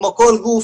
כמו כל גוף.